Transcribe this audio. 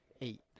eight